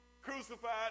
crucified